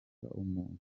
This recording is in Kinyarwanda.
umuntu